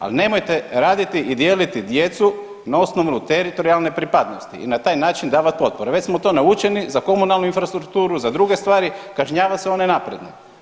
Ali nemojte raditi i dijeliti djecu na osnovu teritorijalne pripadnosti i na taj način davati potpore, već smo to naučeni za komunalnu infrastrukturu za druge stvari kažnjava se one napredne.